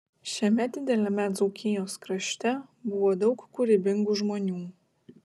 šiame dideliame dzūkijos krašte buvo daug kūrybingų žmonių